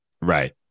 Right